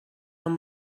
amb